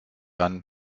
einen